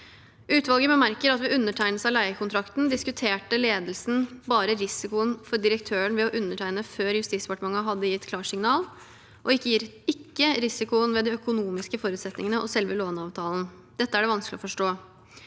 «Utvalget bemerker at ved undertegnelse av leiekontrakten diskuterte ledelsen bare risikoen for direktøren ved å undertegne før JD hadde gitt klarsignal, og ikke risikoen ved de økonomiske forutsetningene og selve låneavtalen. Dette er det vanskelig å forstå.»